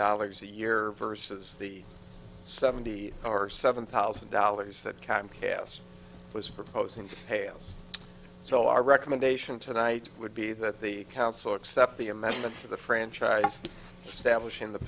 dollars a year versus the seventy or seven thousand dollars that can pass was proposing to hale's so our recommendation tonight would be that the council accept the amendment to the franchise establishing the